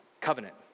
covenant